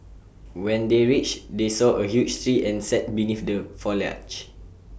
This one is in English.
when they reached they saw A huge tree and sat beneath the foliage